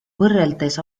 võrreldes